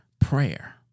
Prayer